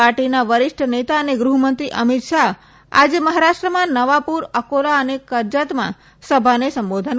પાર્ટીના વરિષ્ઠ નેતા અને ગૃહ મંત્રી અમીત શાહ આજે મહારાષ્ટ્રમાં નવાપુર અકોલા અને કરજતમાં સભા સંબોધશે